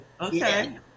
okay